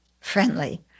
friendly